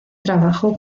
trabajo